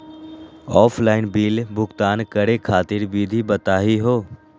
Offline bill भुगतान करे खातिर विधि बताही हो?